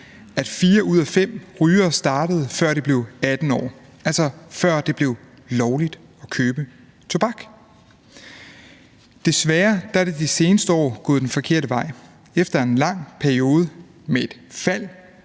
at fire ud af fem rygere startede, før de blev 18 år, altså før det blev lovligt at købe tobak. Desværre er det de seneste år gået den forkerte vej. Efter en lang periode med et fald